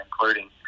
including